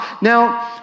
Now